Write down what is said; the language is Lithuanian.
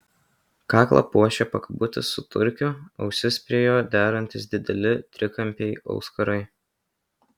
kaklą puošė pakabutis su turkiu ausis prie jo derantys dideli trikampiai auskarai